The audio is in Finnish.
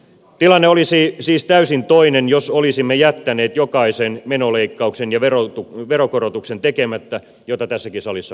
tilanne olisi siis täysin toinen jos olisimme jättäneet jokaisen menoleikkauksen ja veronkorotuksen tekemättä kuten tässä salissa vaadittiin